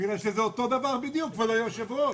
בגלל שזה אותו דבר בדיוק, כבוד היושב-ראש.